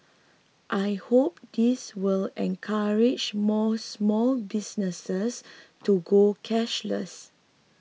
I hope this will encourage more small businesses to go cashless